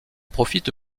profite